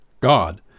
God